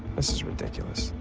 this is ridiculous.